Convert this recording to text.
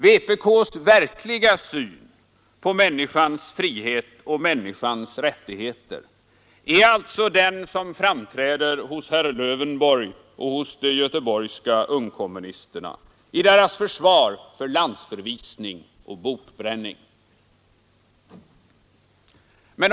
Vpk:s verkliga syn på människans frihet och människans rättigheter är alltså den som framträder hos herr Lövenborg och hos de göteborgska ungkommunisterna i deras försvar för landsförvisning och bokbränning.